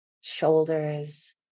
shoulders